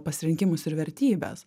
pasirinkimus ir vertybes